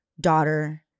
daughter